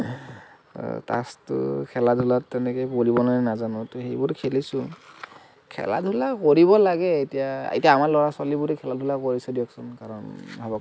তাছটো খেলা ধূলাত তেনেকে পৰিবনে নাজানোঁ ত' সেইবোৰতো খেলিছোঁ খেলা ধূলা কৰিব লাগে এতিয়া এতিয়া আমাৰ ল'ৰা ছোৱালীবোৰে খেলা ধূলা কৰিছে দিয়কচোন কাৰণ ভাৱক